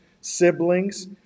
siblings